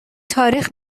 تاریخ